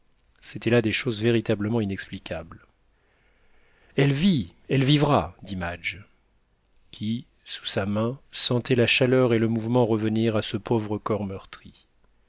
c'étaient là des choses véritablement inexplicables elle vit elle vivra dit madge qui sous sa main sentait la chaleur et le mouvement revenir à ce pauvre corps meurtri